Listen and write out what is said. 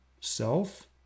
self